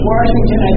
Washington